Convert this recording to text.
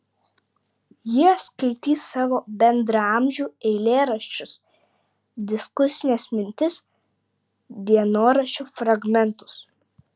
jie skaitys savo bendraamžių eilėraščius diskusines mintis dienoraščių fragmentus